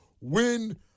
win